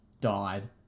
died